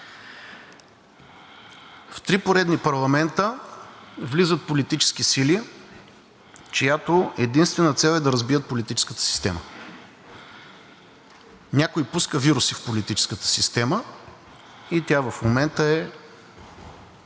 В три поредни парламента влизат политически сили, чиято единствена цел е да разбият политическата система. Някой пуска вируси в политическата система и тя в момента е